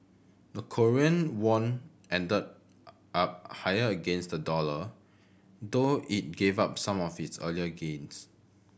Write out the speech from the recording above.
the Korean won ended up higher against the dollar though it give up some of its earlier gains